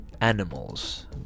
animals